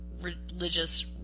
religious